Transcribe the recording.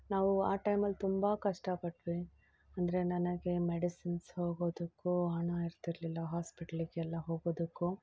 ನಾವು ಆ ಟೈಮಲ್ಲಿ ತುಂಬ ಕಷ್ಟಪಟ್ವಿ ಅಂದರೆ ನನಗೆ ಮೆಡಿಸಿನ್ಸ್ ಹೋಗೋದಕ್ಕೂ ಹಣ ಇರ್ತಿರಲಿಲ್ಲ ಹಾಸ್ಪಿಟ್ಲಿಗೆಲ್ಲ ಹೋಗೋದಕ್ಕೂ